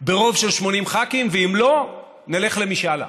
ברוב של 80 ח"כים ואם לא, נלך למשאל עם.